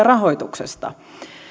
rahoituksesta